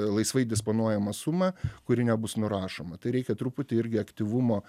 laisvai disponuojamą sumą kuri nebus nurašoma tai reikia truputį irgi aktyvumo